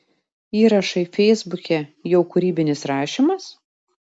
įrašai feisbuke jau kūrybinis rašymas